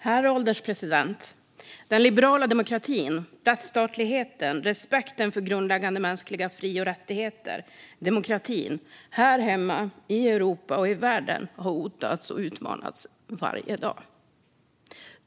Herr ålderspresident! Den liberala demokratin, rättsstatligheten och respekten för grundläggande mänskliga fri och rättigheter - här hemma, i Europa och i världen - hotas och utmanas varje dag.